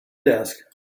desk